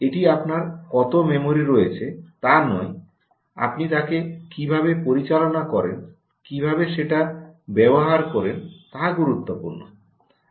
এটি আপনার কত মেমরি রয়েছে তা নয় আপনি তাকে কীভাবে পরিচালনা করেন কীভাবে সেটা ব্যবহার করেন তা গুরুত্বপূর্ণ